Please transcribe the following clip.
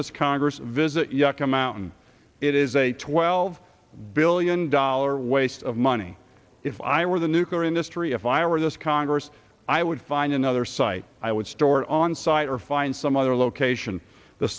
this congress visit yucca mountain it is a twelve billion dollar waste of money if i were the nuclear industry if i were this congress i would find another site i would store on site or find some other location the